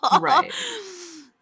Right